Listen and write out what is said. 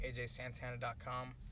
ajsantana.com